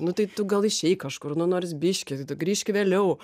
nu tai tu gal išeik kažkur nu nors biškį tu grįžk vėliau